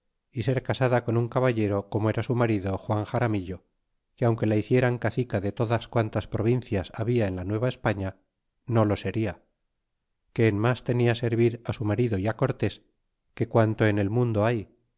y ser casada con un caballero como era su marido juan xaramillo que aunque la hicieran cacica de todas quantas provincias habla en la nueva españa no lo seria que en mas tenia servir su marido e cortés que quanto en el inundo hay